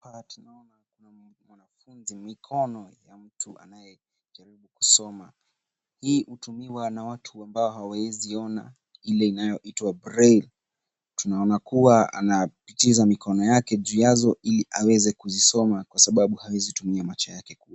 Hapa tunaona kuna mwanafunzi, mikono ya mtu anayejaribu kusoma. Hii hutumiwa na watu ambao hawaeziona, ile inayoitwa braille . Tunaona kuwa anapitiza mikono yake juu yazo iliaweze kuzisoma, kwa sababu hawezi tumia macho yake kuona.